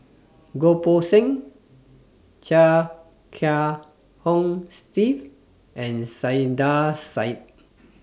Goh Poh Seng Chia Kiah Hong Steve and Saiedah Said